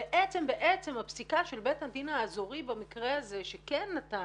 שבעצם בעצם הפסיקה של בית הדין האזורי במקרה הזה שכן נתן